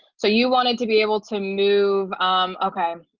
so you wanted to be able to move okay